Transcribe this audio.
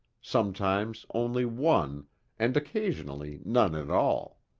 sometimes only one and occasionally none at all.